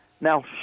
Now